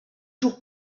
jours